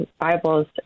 Bibles